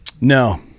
No